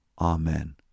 Amen